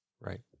right